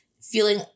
feeling